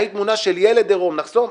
האם תמונה של ילד עירום נחסום?